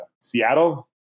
Seattle